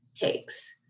takes